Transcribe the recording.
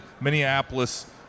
Minneapolis